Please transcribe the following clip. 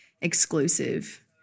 exclusive